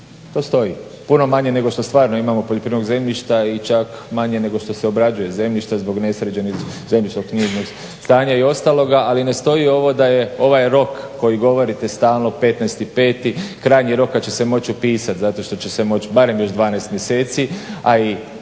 postoji. Puno manje nego što stvarno imamo poljoprivrednog zemljišta i čak manje nego što se obrađuje zemljište zbog nesređenih zemljišno-knjižnih stanja i ostaloga ali ne stoji ovo da je ovaj rok koji govorite stalno 15.5. krajnji rok kad će se moć upisat zato što će se moć barem još 12 mjeseci ali